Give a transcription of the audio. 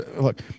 look